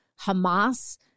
Hamas